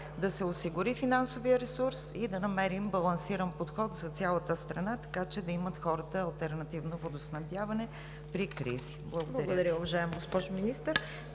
да се осигури финансовият ресурс и да намерим балансиран подход за цялата страна, така че да имат хората алтернативно водоснабдяване при кризи. Благодаря. ПРЕДСЕДАТЕЛ ЦВЕТА